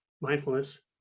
mindfulness